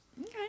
Okay